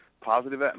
Positive